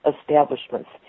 establishments